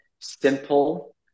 simple